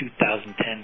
2010